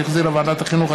שהחזירה ועדת החינוך,